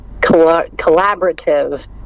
collaborative